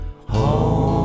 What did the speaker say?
home